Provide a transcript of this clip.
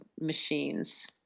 machines